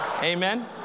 Amen